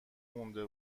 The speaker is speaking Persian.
مونده